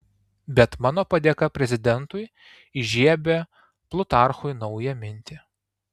bet mano padėka prezidentui įžiebia plutarchui naują mintį